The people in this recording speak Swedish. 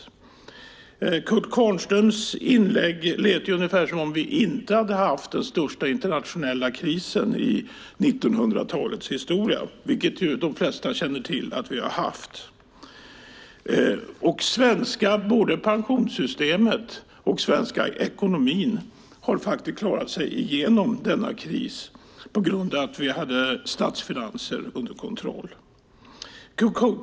Utifrån Kurt Kvarnströms inlägg lät det ungefär som att vi inte haft den största internationella krisen i 1900-talets historia, vilket de flesta känner till att vi har haft. Både det svenska pensionssystemet och den svenska ekonomin har klarat sig igenom denna kris genom att vi haft våra statsfinanser under kontroll.